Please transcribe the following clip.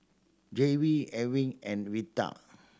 Jair we Ewing and Vita